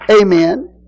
Amen